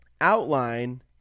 outline